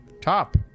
Top